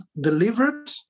delivered